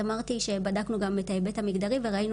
אז אמרתי שבדקנו גם את ההיבט המגדרי וראינו